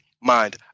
mind